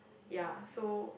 ya so